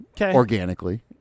organically